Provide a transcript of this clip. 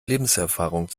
lebenserfahrung